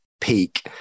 peak